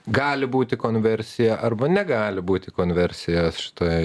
gali būti konversija arba negali būti konversijos šitoj